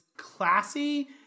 classy